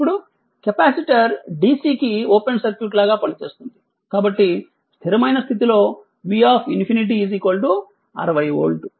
ఇప్పుడు capacitor DC కి open circuit లాగా పనిచేస్తుంది కాబట్టి స్థిరమైన స్థితిలో V∞ 60 వోల్ట్